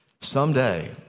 Someday